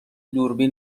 دوربین